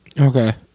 Okay